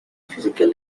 physical